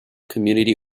community